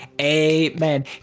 Amen